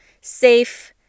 safe